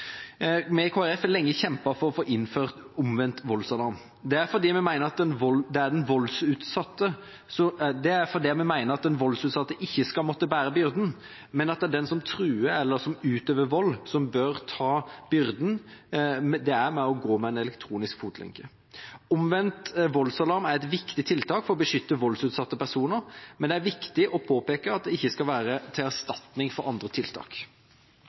Vi i Kristelig Folkeparti har lenge kjempet for å få innført omvendt voldsalarm. Det er fordi vi mener at den voldsutsatte ikke skal måtte bære byrden, men at det er den som truer eller som utøver vold, som bør ta byrden det er å gå med en elektronisk fotlenke. Omvendt voldsalarm er et viktig tiltak for å beskytte voldsutsatte personer, men det er viktig å påpeke at det ikke skal være til erstatning for andre tiltak.